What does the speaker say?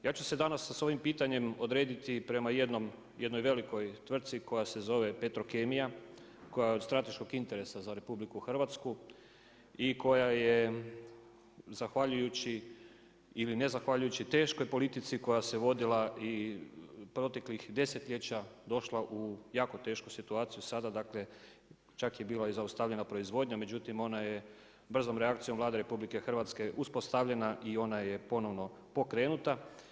Ja ću se danas sa svojim pitanjem odrediti prema jednoj velikoj tvrtci koja se zove Petrokemija, koja je od strateškog interesa za RH, i koja je zahvaljujući ili nezahvaljujući teškoj politici koja se vodila i proteklih desetljeća došla u jako tešku situaciju, sada dakle, čak je bila zaustavljena i proizvodnja međutim ona je brzom reakcijom Vlade RH uspostavljena i ona je ponovno pokrenuta.